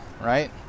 right